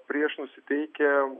prieš nusiteikę